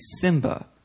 Simba